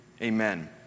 amen